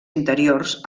interiors